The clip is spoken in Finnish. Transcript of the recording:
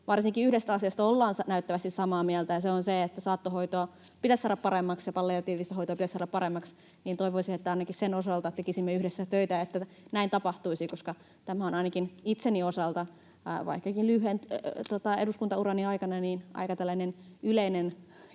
varsinkin yhdestä asiasta ollaan näyttävästi samaa mieltä, ja se on se, että saattohoitoa pitäisi saada paremmaksi ja palliatiivista hoitoa pitäisi saada paremmaksi, niin toivoisin, että ainakin sen osalta tekisimme yhdessä töitä, että näin tapahtuisi, koska tämä on ainakin itseni osalta, vaikkakin lyhyen eduskuntaurani aikana, aika tällainen